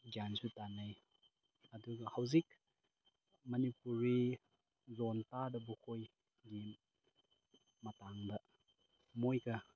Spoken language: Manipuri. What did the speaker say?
ꯒ꯭ꯌꯥꯟꯁꯨ ꯇꯥꯟꯅꯩ ꯑꯗꯨꯒ ꯍꯧꯖꯤꯛ ꯃꯅꯤꯄꯨꯔꯤ ꯂꯣꯟ ꯇꯥꯗꯕꯈꯣꯏꯒꯤ ꯃꯇꯥꯡꯗ ꯃꯣꯏꯒ